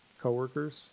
co-workers